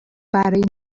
برای